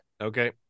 Okay